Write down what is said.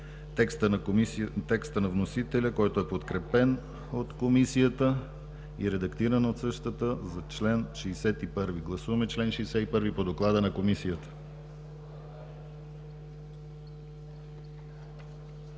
текста на вносителя, който е подкрепен от Комисията и редактиран от същата за чл. 61. Гласуваме чл. 61 по доклада на Комисията.